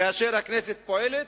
הכנסת פועלת,